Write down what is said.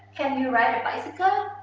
can you ride a bicycle?